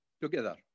together